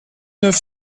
neuf